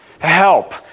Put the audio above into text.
Help